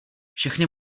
všechny